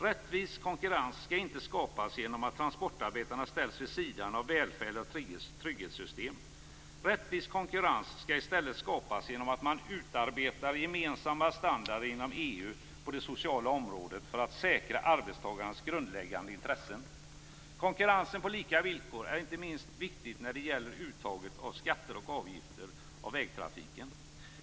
Rättvis konkurrens skall inte skapas genom att transportarbetarna ställs vid sidan av välfärd och trygghetssystem. Rättvis konkurrens skall i stället skapas genom att man utarbetar gemensamma standarder inom EU på det sociala området för att säkra arbetstagarnas grundläggande intressen. Konkurrensen på lika villkor är inte minst viktig när det gäller uttaget av skatter och avgifter på vägtrafiken.